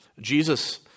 Jesus